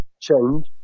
change